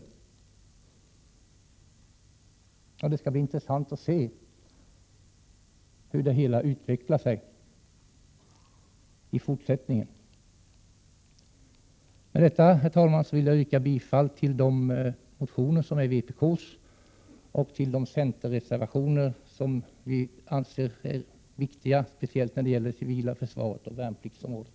Det skall bli intressant att se hur det hela utvecklar sig i fortsättningen. Med detta vill jag, herr talman, yrka bifall till vpk:s motioner och till de centerreservationer som vi anser vara viktiga, speciellt när det gäller det civila försvaret och värnpliktsområdet.